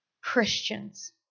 Christians